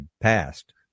passed